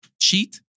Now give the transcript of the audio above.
cheat